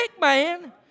man